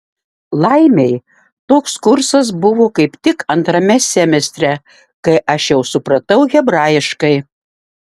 laimei toks kursas buvo kaip tik antrame semestre kai aš jau supratau hebrajiškai